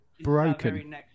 broken